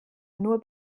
nur